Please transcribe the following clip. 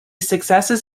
successes